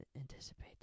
anticipate